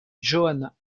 johan